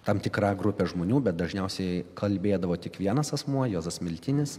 tam tikra grupė žmonių bet dažniausiai kalbėdavo tik vienas asmuo juozas miltinis